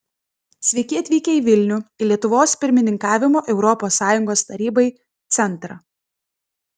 sveiki atvykę į vilnių į lietuvos pirmininkavimo europos sąjungos tarybai centrą